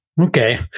Okay